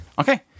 Okay